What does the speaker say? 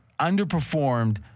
underperformed